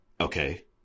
Okay